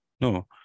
No